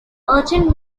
urgent